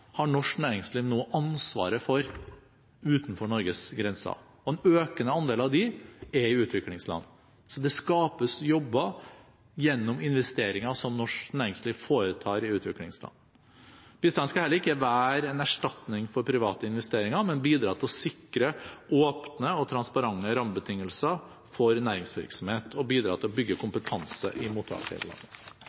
har norsk næringsliv nå ansvaret for utenfor Norges grenser, og en økende andel av disse er i utviklingsland. Så det skapes jobber gjennom investeringer som norsk næringsliv foretar i utviklingsland. Bistanden skal heller ikke være en erstatning for private investeringer, men bidra til å sikre åpne og transparente rammebetingelser for næringsvirksomhet og bidra til å bygge kompetanse i